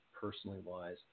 personally-wise